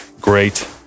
great